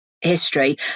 history